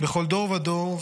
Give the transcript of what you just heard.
"בכל דור ודור,